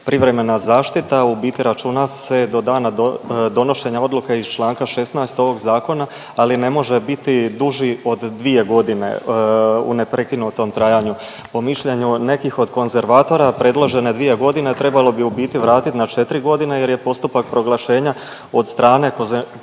privremena zaštita, u biti računa se do dana donošenja odluke iz čl. 16. ovog zakona, ali ne može biti duži od 2.g. u neprekidnom u tom trajanju. Po mišljenju od nekih od konzervatora predložene 2.g. trebalo bi u biti vratit na 4.g. jer je postupak proglašenja od strane